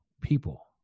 people